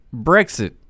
Brexit